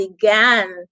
began